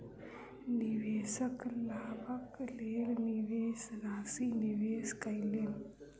निवेशक लाभक लेल निवेश राशि निवेश कयलैन